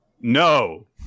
no